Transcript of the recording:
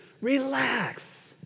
Relax